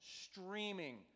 streaming